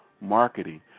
marketing